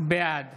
בעד